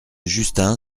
justin